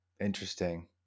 interesting